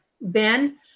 Ben